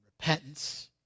repentance